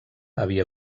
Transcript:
havia